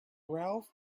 ralph